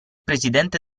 presidente